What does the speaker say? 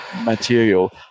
material